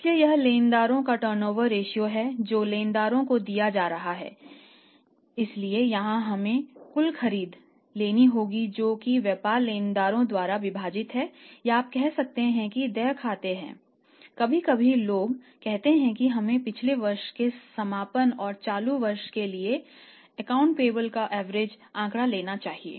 इसलिए यह लेनदारों का टर्नओवर रेश्यो आंकड़ा लेना चाहिए